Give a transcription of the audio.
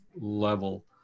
level